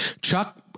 Chuck